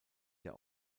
der